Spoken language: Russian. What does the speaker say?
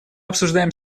обсуждаем